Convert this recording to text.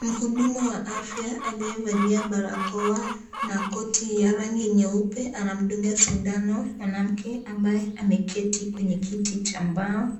Muhudumu wa afya aliyevalia barakoa na koti ya rangi nyeupe anamdunga sindano mwanamke ambaye ameketi kwenye kiti cha mbao.